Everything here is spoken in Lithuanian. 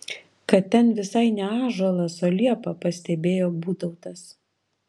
kad ten visai ne ąžuolas o liepa pastebėjo būtautas